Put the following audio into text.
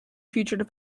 future